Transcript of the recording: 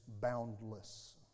boundless